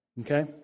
Okay